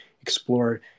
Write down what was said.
explore